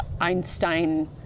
Einstein